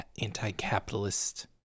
anti-capitalist